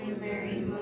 Mary